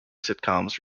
sitcoms